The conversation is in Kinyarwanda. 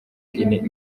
guinée